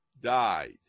died